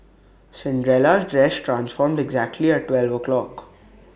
Cinderella's dress transformed exactly at twelve o'clock